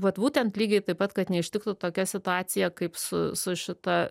vat būtent lygiai taip pat kad neištiktų tokia situacija kaip su su šita